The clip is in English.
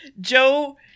joe